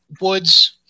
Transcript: Woods